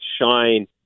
shine